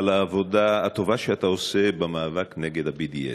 על העבודה הטובה שאתה עושה במאבק נגד ה-BDS.